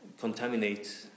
contaminate